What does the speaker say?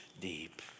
deep